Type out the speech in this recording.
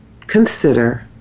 consider